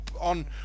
on